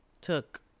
took